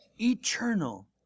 eternal